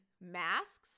masks